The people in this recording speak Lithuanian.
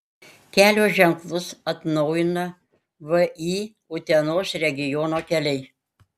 kelio ženklus atnaujina vį utenos regiono keliai